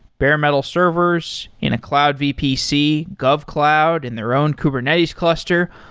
bare metal servers in a cloud vpc, govcloud and their own kubernetes cluster,